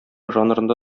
жанрында